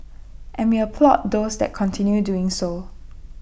and we applaud those that continue doing so